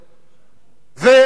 ו-1,000 השקל,